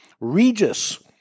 Regis